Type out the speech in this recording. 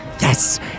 yes